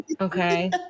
Okay